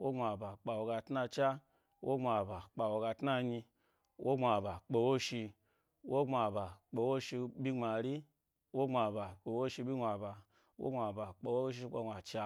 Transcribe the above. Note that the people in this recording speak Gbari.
wo gbmaba kpe awogatna cha wogbma ba kpe awoga tnanyi wo gbma ba kpe woshi. Wo gbma ba kpe woshi ɓyi gbmari, wogbmaba kpe woshi ɓyi gnuaba, wo gbma kpe woshi ɓyyi gnua cha.